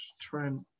Trent